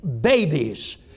babies